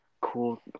cool